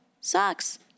sucks